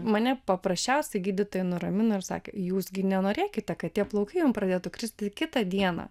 mane paprasčiausiai gydytojai nuramino ir sakė jūs gi nenorėkite kad tie plaukai jums pradėtų kristi kitą dieną